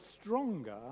stronger